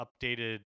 updated